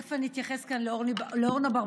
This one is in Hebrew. תכף אני אתייחס כאן לאורנה ברביבאי,